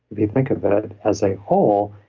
if you think of it as a whole,